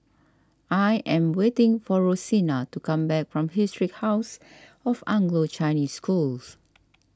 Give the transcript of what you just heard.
I am waiting for Rosina to come back from Historic House of Anglo Chinese School